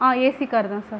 ஆ AC car தான் sir